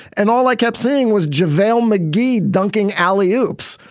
and all i kept seeing was javale um mcgee dunking alley hoops.